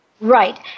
Right